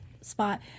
spot